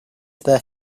their